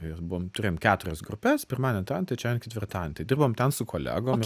ir buvom turėjom keturias grupes pirmadienį trečiadienį ketvirtadienį tai dirbom ten su kolegom